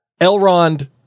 Elrond